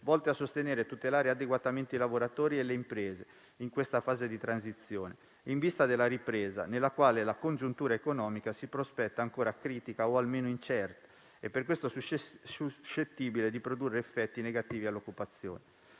volte a sostenere e tutelare adeguatamente i lavoratori e le imprese in questa fase di transizione, in vista della ripresa, nella quale la congiuntura economica si prospetta ancora critica o almeno incerta e per questo suscettibile di produrre effetti negativi all'occupazione.